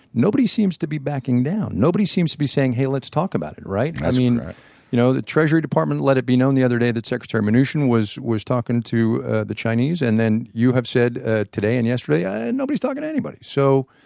nobody seems to be backing down. nobody seems to be saying hey let's talk about it. right? and that's correct you know the treasury department let it be known the other day that secretary mnuchin was was talking to ah the chinese and then you have said ah today and yesterday yeah and nobody's talking to anybody. so,